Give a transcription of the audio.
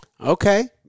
Okay